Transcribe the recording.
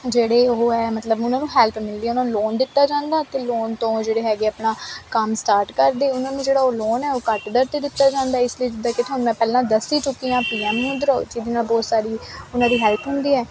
ਜਿਹੜੇ ਉਹ ਹ ਮਤਲਬ ਉਹਨਾਂ ਨੂੰ ਹੈਲਪ ਮਿਲਦੀ ਉਹਾਂ ਨੂੰ ਲੋਨ ਦਿੱਤਾ ਜਾਂਦਾ ਤੇ ਲੋਨ ਤੋਂ ਜਿਹੜੇ ਹੈਗੇ ਆਪਣਾ ਕੰਮ ਸਟਾਰਟ ਕਰਦੇ ਉਹਨਾਂ ਨੂੰ ਜਿਹੜਾ ਲੋਨ ਹ ਉਹ ਕੱਟਦਾ ਤੇ ਦਿੱਤਾ ਜਾਂਦਾ ਇਸ ਲਈ ਜਿੱਦਾਂ ਕਿ ਤੁਹਾਨੂੰ ਮੈਂ ਪਹਿਲਾਂ ਦੱਸੀ ਚੁੱਕੀ ਆਂ ਪੀ ਐਮ ਮੁਦਰਾ ਜਿਹਦੇ ਨਾਲ ਬਹੁਤ ਸਾਰੀ ਉਹਨਾਂ ਦੀ ਹੈਲਪ ਹੁੰਦੀ ਹ